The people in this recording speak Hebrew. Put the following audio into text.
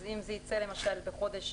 אז אם זה ייצא למשל בחודש